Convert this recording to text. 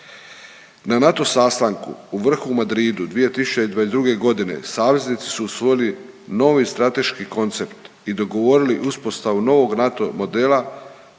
Na NATO sastanku u vrhu u Madridu 2022. g. saveznici su usvojili novi strateški koncept i dogovorili uspostavu novog NATO modela,